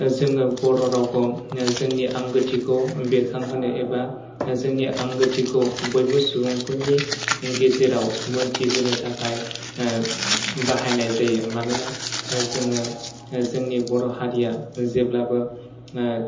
जोङो बर' रावखौ जोंनि आंगोथिखौ बेरखांहोनो एबा जोंनि आंगोथिखौ बैफोर सुबुंफोरनि गेजेराव मोनथिहोनो थाखाय बाहायनाय जायो मानोना जोङो जोंनि बर' हारिया जेब्लाबो